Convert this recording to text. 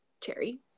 cherry